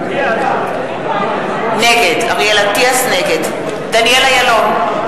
נגד דניאל אילון,